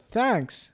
thanks